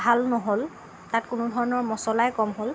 ভাল ন'হল তাত কোনো ধৰণৰ মচলাই কম হ'ল